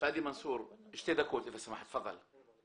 --- פאדי מנצור, שתי דקות, בבקשה.